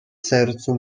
sercu